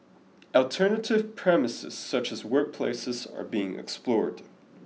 alternative premises such as workplaces are being explored